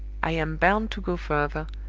i am bound to go further,